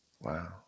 Wow